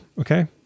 Okay